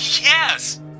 Yes